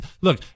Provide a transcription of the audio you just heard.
look